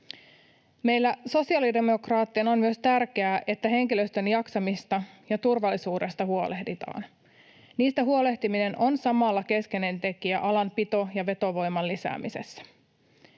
Meille sosiaalidemokraateille on myös tärkeää, että henkilöstön jaksamisesta ja turvallisuudesta huolehditaan. Niistä huolehtiminen on samalla keskeinen tekijä alan pito- ja vetovoiman lisäämisessä.